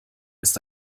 ist